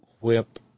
whip